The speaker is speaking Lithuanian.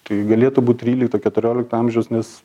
tai galėtų būt trylikto keturiolikto amžiaus nes